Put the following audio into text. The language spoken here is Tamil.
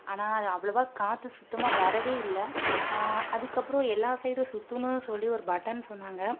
ஆனால் அது அவ்வளோவா காற்று சுத்தமாக வரவே இல்லை அதுக்கப்புறம் எல்லா சைடும் சுத்தும்னு சொல்லி ஒரு பட்டன் சொன்னாங்கள்